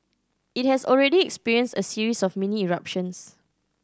it has already experienced a series of mini eruptions